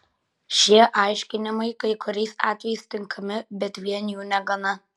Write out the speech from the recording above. šie aiškinimai kai kuriais atvejais tinkami bet vien jų negana